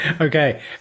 okay